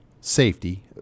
safety